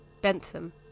Bentham